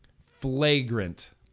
Flagrant